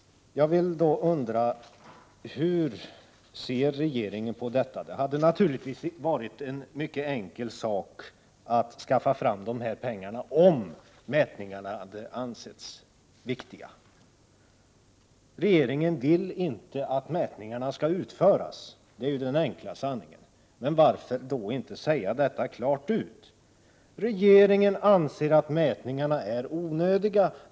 Hur ser då regeringen på detta? Det hade varit en mycket enkel sak att skaffa fram dessa pengar, om mätningarna hade ansetts viktiga. Regeringen vill inte att mätningarna skall utföras, det är den enkla sanningen. Men varför inte säga detta klart ut? Regeringen anser att mätningarna är onödiga.